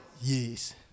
Yes